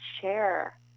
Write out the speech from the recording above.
share